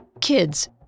Kids